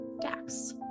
Dax